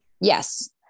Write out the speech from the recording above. yes